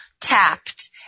tapped